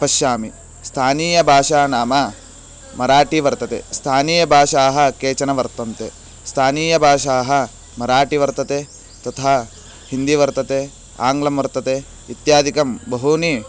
पश्यामि स्थानीयभाषा नाम मराठी वर्तते स्थानीयभाषाः केचन वर्तन्ते स्थानीयभाषाः मराठी वर्तते तथा हिन्दी वर्तते आङ्ग्लं वर्तते इत्यादिकं बहूनि